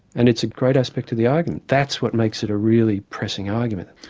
and it's a great aspect to the argument. that's what makes it a really pressing argument.